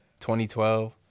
2012